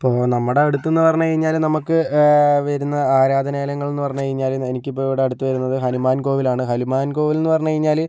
ഇപ്പോൾ നമ്മുടെ അടുത്തൂന്ന് പറഞ്ഞു കഴിഞ്ഞാല് നമുക്ക് വരുന്ന ആരാധനാലയങ്ങള് എന്ന് പറഞ്ഞ് കഴിഞ്ഞാല് എനിക്കിപ്പോൾ ഇവിടെ അടുത്ത് വരുന്നത് ഹനുമാൻ കോവിലാണ് ഹനുമാൻ കോവിലെന്നു പറഞ്ഞു കഴിഞ്ഞാല്